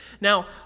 Now